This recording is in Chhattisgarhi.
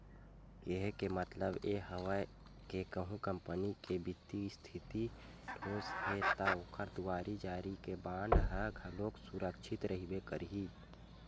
केहे के मतलब ये हवय के कहूँ कंपनी के बित्तीय इस्थिति ठोस हे ता ओखर दुवारी जारी के बांड ह घलोक सुरक्छित रहिबे करही